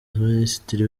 minisitiri